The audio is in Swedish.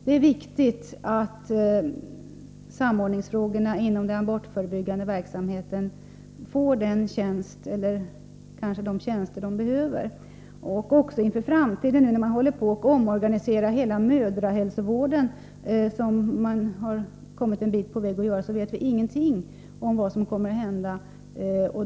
Det är viktigt att samordningsfrågorna inom den abortförebyggande verksamheten får den tjänst eller kanske de tjänster som behövs. När man nu håller på och omorganiserar hela mödrahälsovården, ett arbete som har kommit en bit på väg, vet vi ingenting om vad som kommer att hända.